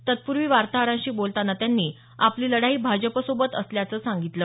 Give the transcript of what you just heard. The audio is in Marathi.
तत्पूर्वी वार्ताहरांशी बोलतांना त्यांनी आपली लढाई भाजपसोबत असल्याचं सांगितलं